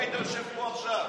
אם היית יושב פה עכשיו?